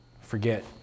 forget